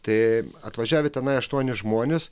tai atvažiavę tenai aštuoni žmonės